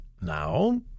now